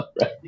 right